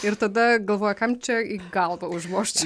ir tada galvoja kam čia į galvą užvožti